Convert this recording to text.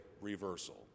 reversal